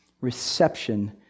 reception